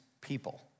people